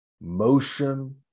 motion